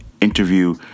interview